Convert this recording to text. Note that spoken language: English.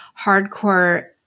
hardcore